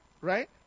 Right